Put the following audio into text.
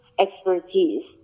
expertise